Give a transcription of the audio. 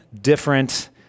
different